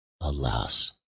alas